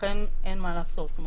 ולכן אין מה לעשות.